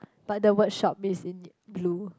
but the word shop is in blue